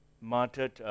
martyred